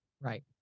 Right